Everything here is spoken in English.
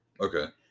Okay